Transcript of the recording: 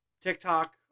TikTok